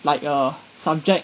like a subject